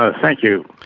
ah thank you.